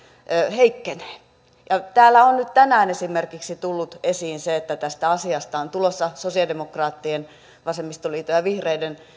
heikkenee täällä on nyt tänään esimerkiksi tullut esiin se että tästä asiasta on tulossa sosialidemokraattien vasemmistoliiton ja vihreiden